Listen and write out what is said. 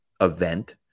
event